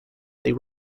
they